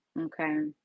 Okay